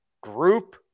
Group